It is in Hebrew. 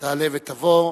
תעלה ותבוא,